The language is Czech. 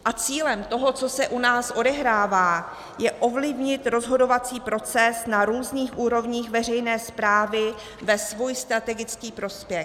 A cílem toho, co se u nás odehrává, je ovlivnit rozhodovací proces na různých úrovních veřejné správy ve svůj strategický prospěch.